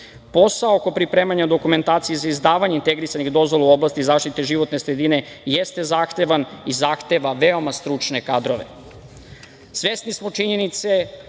oko pripremanja dokumentacije za izdavanje integrisanih dozvola u oblasti zaštite životne sredine jeste zahtevan i zahteva veoma stručne kadrove.